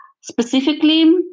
specifically